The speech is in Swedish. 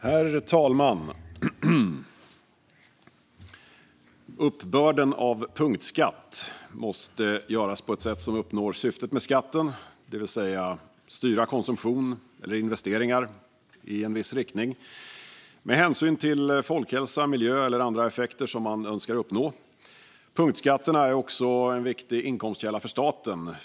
Herr talman! Uppbörden av punktskatt måste göras på ett sätt som uppnår syftet med skatten, det vill säga styra konsumtion eller investeringar i en viss riktning med hänsyn till folkhälsa, miljö eller andra effekter som man önskar uppnå. Punktskatterna är också en viktig inkomstkälla för staten.